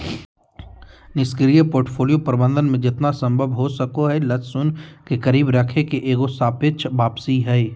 निष्क्रिय पोर्टफोलियो प्रबंधन मे जेतना संभव हो सको हय लक्ष्य शून्य के करीब रखे के एगो सापेक्ष वापसी हय